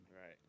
Right